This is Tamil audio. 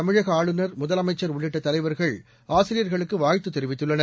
தமிழக ஆளுநர் முதலமைச்சர் உள்ளிட்ட தலைவர்கள் ஆசிரியர்களுக்கு வாழ்த்து தெரிவித்துள்ளனர்